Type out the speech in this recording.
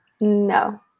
No